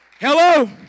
Hello